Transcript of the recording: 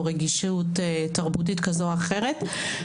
או רגישות תרבותית כזו או אחרת.